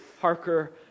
Harker